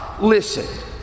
listen